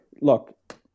Look